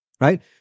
right